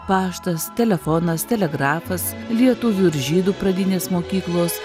paštas telefonas telegrafas lietuvių ir žydų pradinės mokyklos